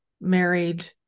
married